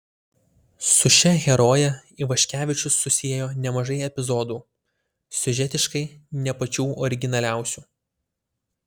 su šia heroje ivaškevičius susiejo nemažai epizodų siužetiškai ne pačių originaliausių